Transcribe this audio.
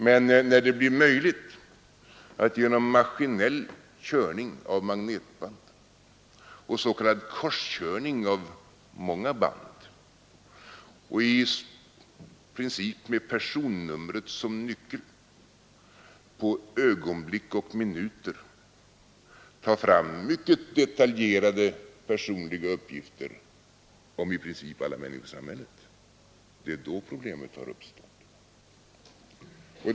Men när det blir möjligt att genom maskinell körning av magnetband och s.k. korskörning av många band, med personnumret som nyckel, på ögonblick och minuter ta fram mycket detaljerade personliga uppgifter om i princip alla människor i samhället, då har problemet uppstått.